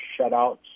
shutouts